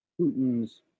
Putin's